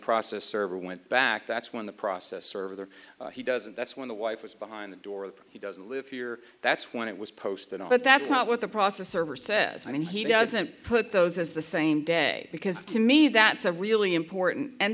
process server went back that's when the process server there he doesn't that's when the wife was behind the door he doesn't live here that's when it was posted on but that's not what the process server says i mean he doesn't put those as the same day because to me that's a really important and